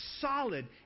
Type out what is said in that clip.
solid